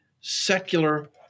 secular